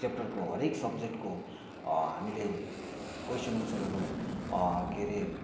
च्याप्टरको हरेक सब्जेक्टको हामीले कोइसन एन्सरहरू के रे